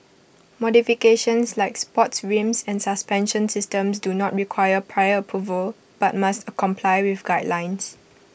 modifications like sports rims and suspension systems do not require prior approval but must comply with guidelines